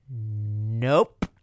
Nope